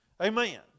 Amen